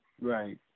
right